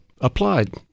applied